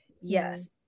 Yes